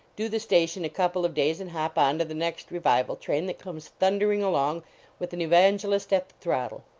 do the station a couple of days and hop on to the next revival train that comes thunder ing along with an evangelist at the throttle.